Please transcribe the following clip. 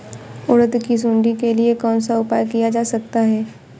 उड़द की सुंडी के लिए कौन सा उपाय किया जा सकता है?